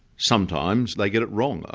sometimes they get it wrong.